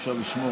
אי-אפשר לשמוע.